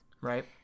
right